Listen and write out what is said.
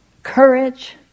courage